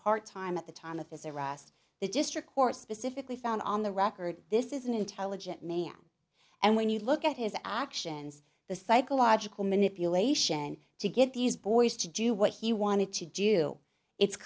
part time at the time of his arrest the district court specifically found on the record this is an intelligent man and when you look at his actions the psychological manipulation to get these boys to do what he wanted to do it's